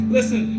Listen